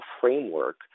framework